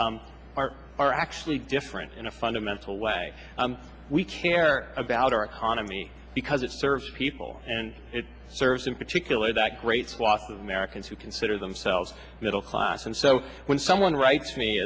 are are actually different in a fundamental way we care about our economy because it serves people and it serves in particular that great swath of americans who consider themselves middle class and so when someone writes me